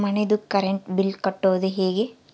ಮನಿದು current bill ಕಟ್ಟೊದು ಹೇಗೆ?